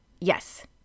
Yes